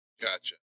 Gotcha